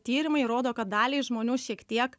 tyrimai rodo kad daliai žmonių šiek tiek